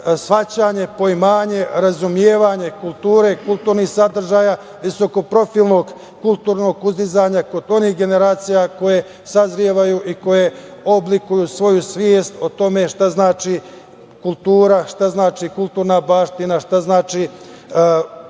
shvatanje, poimanje, razumevanje kulture, kulturnih sadržaja, visokoprofilnog kulturnog uzdizanja kod onih generacija koje sazrevaju i koje oblikuju svoju svest o tome šta znači kultura, šta znači kulturna baština, šta znači